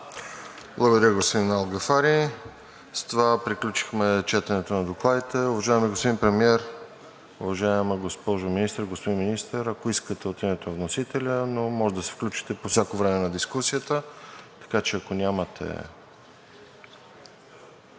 Благодаря, господин Алгафари. С това приключихме четенето на докладите. Уважаеми господин Премиер, уважаема госпожо Министър, господин Министър – ако искате от името на вносителя, но можете да се включите по всяко време на дискусията. Така че, ако нямате…